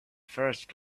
first